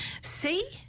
See